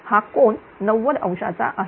हा कोन 90° आहे